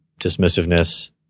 dismissiveness